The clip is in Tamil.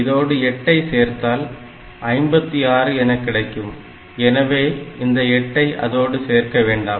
இதோடு 8 ஐ சேர்த்தால் 56 எனக் கிடைக்கும் எனவே இந்த 8 ஐ அதோடு சேர்க்க வேண்டாம்